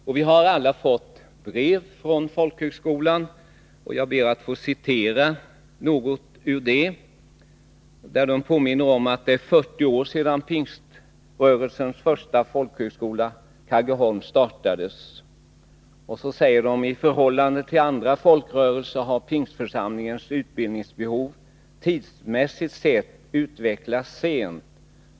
Alla riksdagsledamöter har fått brev från folkhögskolan, och jag ber att få citera något ur det. Man påminner om att det är 40 år sedan Pingströrelsens första folkhögskola Kaggeholm startades, och man skriver vidare: ”I förhållande till andra folkrörelser har pingstförsamlingarnas utbildningsbehov, tidsmässigt sett, utvecklats sent.